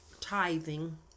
tithing